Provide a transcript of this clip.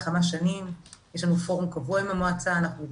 יש מתווה שיצא בשבועות האחרונים והוא מאוד תורם,